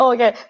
Okay